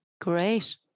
Great